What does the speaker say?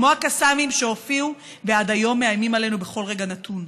כמו הקסאמים שהופיעו ועד היום מאיימים עלינו בכל רגע נתון.